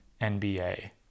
NBA